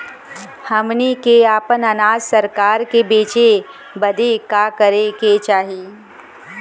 हमनी के आपन अनाज सरकार के बेचे बदे का करे के चाही?